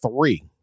three